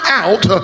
out